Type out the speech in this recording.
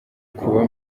kuba